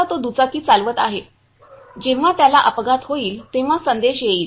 आता तो दुचाकी चालवत आहे जेव्हा त्याला अपघात होईल तेव्हा संदेश येईल